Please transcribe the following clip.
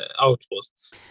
outposts